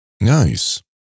Nice